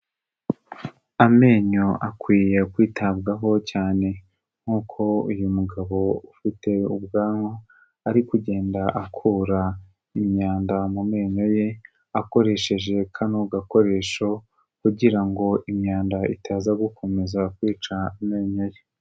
Amenyo akwiye kwitabwaho cyane, nk'uko uyu mugabo ufite ubwanwa ari kugenda akura imyanda mu menyo ye akoresheje kano gakoresho, kugira ngo imyanda itaza gukomeza kwica amenyo ye.